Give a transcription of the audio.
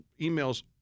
emails